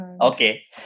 Okay